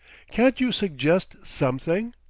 can't you suggest something?